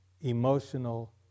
emotional